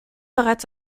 bereits